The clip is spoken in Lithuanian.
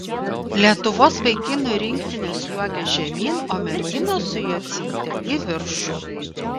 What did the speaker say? lietuvos vaikinų rinktinės sliuogia žemyn o merginos su jocyte į viršų